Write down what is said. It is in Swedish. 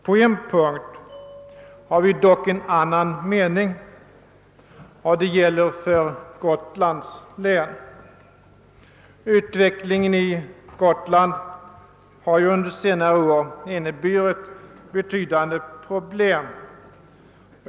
På en punkt har vi dock en annan mening, och det gäller Gotlands län. Utvecklingen på Gotland har ju under senare år inneburit betydande problem.